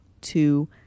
two